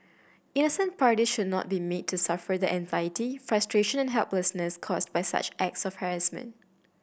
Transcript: innocent party should not be made to suffer the anxiety frustration and helplessness caused by such acts of harassment